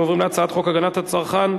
ובכן, בעד הצעת חוק התקשורת (בזק ושידורים)